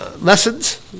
lessons